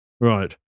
Right